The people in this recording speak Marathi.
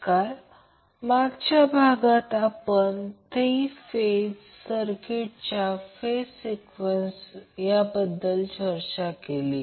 तर या सोबत सिंगल फेज सर्किट बद्दलची माहिती संपली आहे